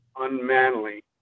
unmanly